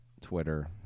Twitter